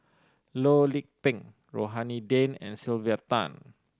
Loh Lik Peng Rohani Din and Sylvia Tan